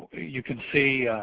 you can see